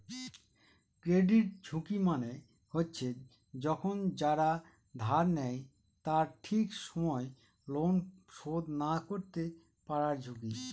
credit ঝুঁকি মানে হচ্ছে যখন যারা ধার নেয় তারা ঠিক সময় লোন শোধ না করতে পারার ঝুঁকি